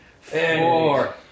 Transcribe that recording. four